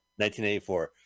1984